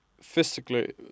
physically